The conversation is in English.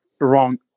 wrong